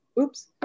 Oops